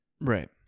Right